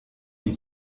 une